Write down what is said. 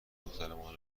دخترمان